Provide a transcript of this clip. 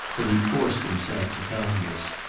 but he forced himself to calmness.